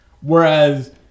Whereas